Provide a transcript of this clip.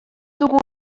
dugu